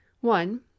One